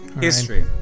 history